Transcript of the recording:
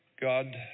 God